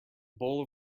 bowl